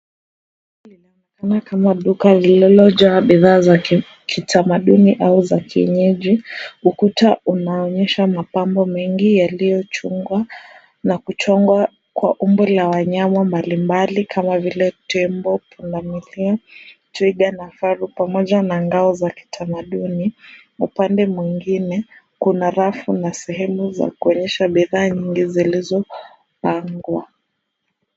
Ninaona kama duka lililo jaa bidhaa za kitamaduni au za kienyeji. Ukuta unaonyesha mapambo mengi yaliyochungwa na kuchongwa kwa umbo la wanyama mbalimbali kama vile tembo, pundamilia, twiga na faru. Pamoja na ngao za kitamaduni, upande mwingine kuna rafu na sehemu za kuonyesha bidhaa nyingizilizo pangwa.